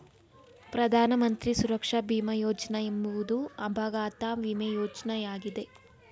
ಪ್ರಧಾನ ಮಂತ್ರಿ ಸುರಕ್ಷಾ ಭೀಮ ಯೋಜ್ನ ಎಂಬುವುದು ಅಪಘಾತ ವಿಮೆ ಯೋಜ್ನಯಾಗಿದೆ